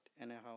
anyhow